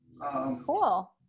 cool